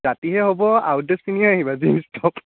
ৰাতিহে হ'ব out dress পিন্ধি আহিবা জিনছ টপ